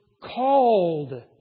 called